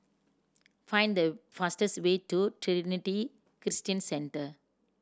find the fastest way to Trinity Christian Centre